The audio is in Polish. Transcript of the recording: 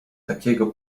takiego